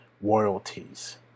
royalties